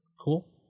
Cool